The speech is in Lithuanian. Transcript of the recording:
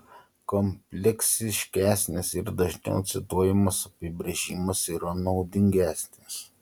kompleksiškesnis ir dažniau cituojamas apibrėžimas yra naudingesnis